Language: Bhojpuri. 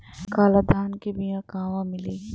काला धान क बिया कहवा मिली?